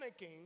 panicking